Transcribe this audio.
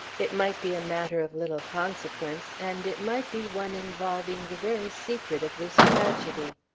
it might be a matter of little consequence, and it might be one involving the very secret of this tragedy.